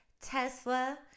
Tesla